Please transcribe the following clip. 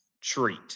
treat